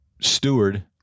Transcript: steward